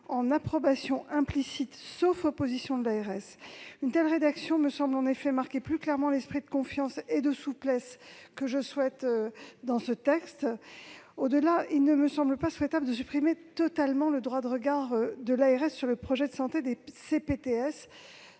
en approbation implicite, sauf opposition de l'ARS. Une telle rédaction me semble marquer plus clairement l'esprit de confiance et de souplesse que je souhaite insuffler dans ce projet de loi. Au-delà, il ne me semble pas souhaitable de supprimer totalement le droit de regard de l'ARS sur le projet de santé des CPTS.